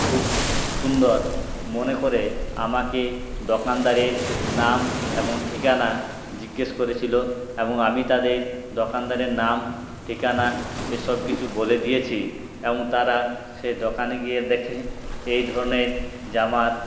খুব সুন্দর মনে করে আমাকে দোকানদারের নাম এবং ঠিকানা জিজ্ঞাসা করেছিল এবং আমি তাদের দোকানদারের নাম ঠিকানা এসব কিছু বলে দিয়েছি এবং তারা সেই দোকানে গিয়ে দেখে এই ধরনের জামা আর